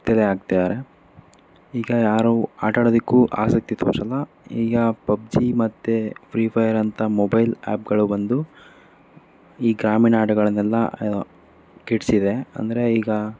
ಆಗ್ತಿದ್ದಾರೆ ಈಗ ಯಾರೂ ಆಟಾಡದಕ್ಕೂ ಆಸಕ್ತಿ ತೋರಿಸಲ್ಲ ಈಗ ಪಬ್ಜಿ ಮತ್ತು ಫ್ರೀ ಫೈರ್ ಅಂತ ಮೊಬೈಲ್ ಆ್ಯಪ್ಗಳು ಬಂದು ಈ ಗ್ರಾಮೀಣ ಆಟಗಳನ್ನೆಲ್ಲ ಕೆಡಿಸಿದೆ ಅಂದರೆ ಈಗ